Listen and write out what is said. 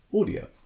audio